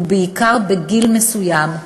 ובעיקר בגיל מסוים,